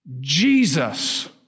Jesus